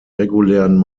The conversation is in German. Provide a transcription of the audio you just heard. regulären